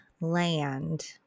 land